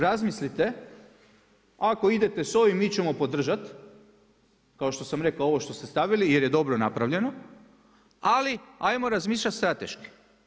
Razmislite ako s ovim mi ćemo podržati, kao što sam rekao ovo što ste stavili jer je dobro napravljeno, ali ajmo razmišljati strateški.